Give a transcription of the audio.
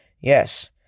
Yes